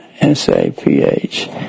S-A-P-H